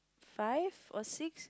five or six